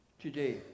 today